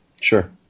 Sure